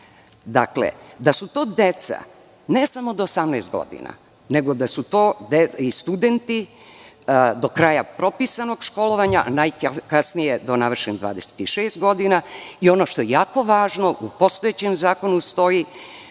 stoji da su to deca ne samo do 18 godina, nego da su to i studenti do kraja propisanog školovanja, najkasnije do navršenih 26 godina i, ono što je jako važno, u postojećem zakonu stoji